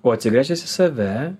o atsigręžęs į save